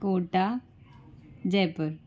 Kota Jaipur